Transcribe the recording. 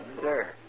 sir